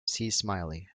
smiley